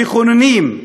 מכוננים,